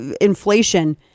inflation